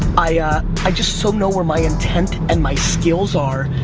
i ah i just so know where my intent and my skills are,